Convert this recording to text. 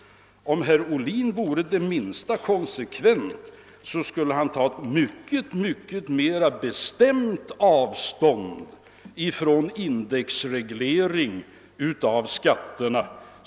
Om herr Ohlin vore det minsta konsekvent skulle han ta mycket bestämt avstånd från indexreglering av skatterna.